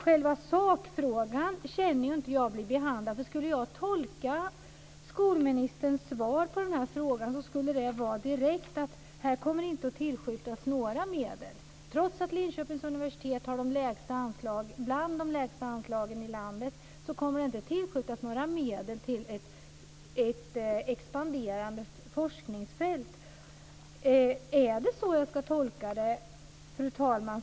Själva sakfrågan blir inte behandlad, för skulle jag tolka skolministerns svar så skulle det direkt vara att här kommer det inte att tillskjutas några medel. Trots att Linköpings universitet har bland de lägsta anslagen i landet, kommer det inte att tillskjutas några medel till ett expanderande forskningsfält. Är det så jag ska tolka det, fru talman?